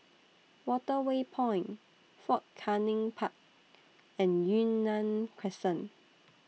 Waterway Point Fort Canning Park and Yunnan Crescent